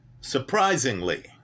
Surprisingly